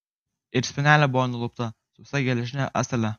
ir spynelė buvo nulupta su visa geležine ąsele